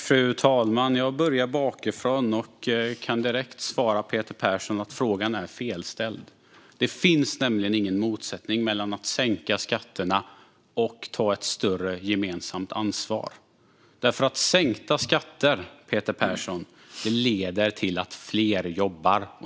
Fru talman! Jag börjar bakifrån och kan direkt svara Peter Persson att frågan är felställd. Det finns nämligen ingen motsättning mellan att sänka skatterna och att ta ett större gemensamt ansvar. Sänkta skatter, Peter Persson, leder till att fler jobbar.